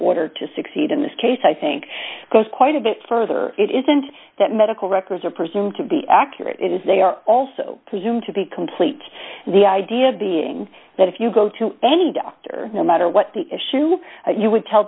order to succeed in this case i think goes quite a bit further it isn't that medical records are presumed to be accurate and they are also presumed to be complete the idea being that if you go to any doctor no matter what the issue you would tell